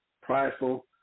prideful